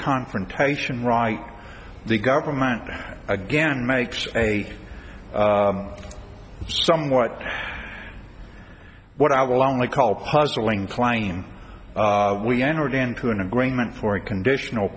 confrontation right the government again makes a somewhat what i will only call puzzling claim we entered into an agreement for a conditional